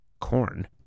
corn